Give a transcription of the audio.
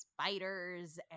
spiders